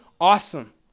awesome